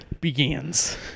begins